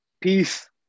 peace